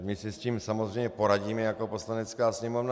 My si s tím samozřejmě poradíme jako Poslanecká sněmovna.